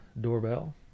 doorbell